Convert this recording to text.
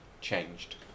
changed